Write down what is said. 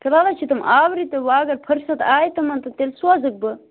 فِلحال حظ چھِ تِ آورٕ تہٕ وۅنۍ اگر فرصت آے تِمَن تہٕ تیٚلہِ سوزَکھ بہٕ